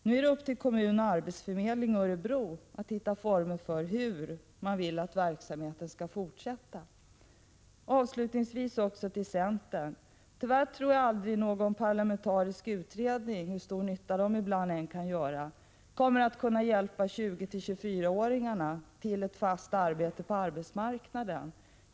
Det är upp till kommunen och arbetsförmedlingen i Örebro att hitta former för en fortsatt verksamhet. Avslutningsvis vill jag säga till centern att jag tyvärr inte tror att någon parlamentarisk utredning — hur stor nytta de än kan göra ibland — kommer att 133 Prot. 1985/86:162 «kunna hjälpa 20-24-åringarna att få fast arbete på arbetsmarknaden.